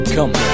Come